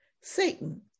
Satan